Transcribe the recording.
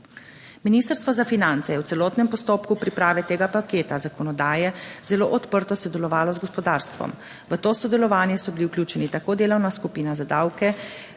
Ministrstvo za finance je v celotnem postopku priprave tega paketa zakonodaje zelo odprto sodelovalo z gospodarstvom. V to sodelovanje so bili vključeni tako delovna skupina za davke,